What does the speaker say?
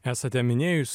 esate minėjus